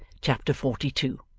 chapter forty two